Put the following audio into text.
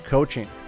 Coaching